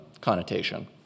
connotation